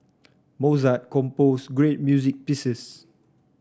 Mozart composed great music pieces